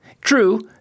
True